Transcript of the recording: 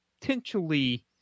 potentially